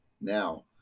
Now